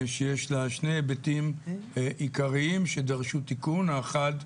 שיש לו שני היבטים עיקריים שדרשו תיקון, האחד,